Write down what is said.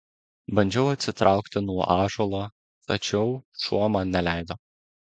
bandžiau atsitraukti nuo ąžuolo tačiau šuo man neleido